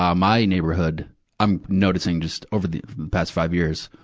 um my neighborhood i'm noticing just, over the past five years,